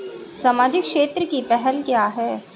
सामाजिक क्षेत्र की पहल क्या हैं?